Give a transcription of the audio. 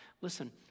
Listen